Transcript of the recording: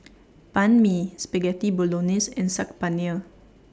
Banh MI Spaghetti Bolognese and Saag Paneer